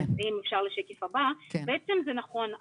זה נכון,